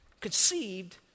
conceived